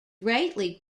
greatly